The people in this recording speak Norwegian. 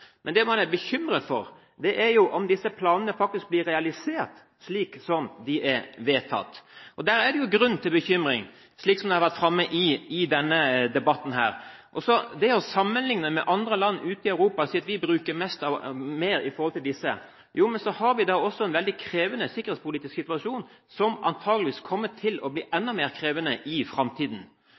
Men det man er bekymret for, er jo om disse planene faktisk blir realisert slik som de er vedtatt. Da er det jo grunn til bekymring, slik som det har vært framme i denne debatten. Når det gjelder å sammenligne med andre land ute i Europa og si at vi bruker mer i forhold til disse, har vi en veldig krevende sikkerhetspolitisk situasjon som antageligvis kommer til å bli enda mer krevende i framtiden.